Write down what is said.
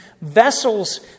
vessels